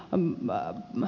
on väärä